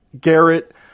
Garrett